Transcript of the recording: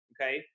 okay